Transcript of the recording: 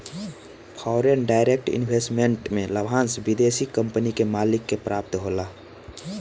foreign direct investment में लाभांस विदेशी कंपनी के मालिक के प्राप्त होला